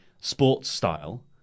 sports-style